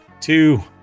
two